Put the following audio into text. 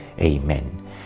Amen